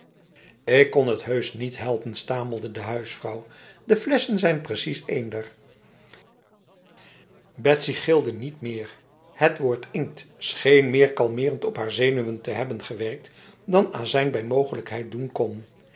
ik kon het heus niet helpen stamelde de huisvrouw de flessen zijn precies eenderj betsy gilde niet meer het woord inkt scheen meer kalmerend op haar zenuwen te hebben gewerkt dan azijn bij mogelijkheid doen kon